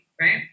Right